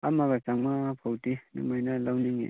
ꯑꯃꯒ ꯆꯥꯝꯉꯥ ꯐꯥꯎꯗꯤ ꯁꯨꯃꯥꯏꯅ ꯂꯧꯅꯤꯡꯉꯤ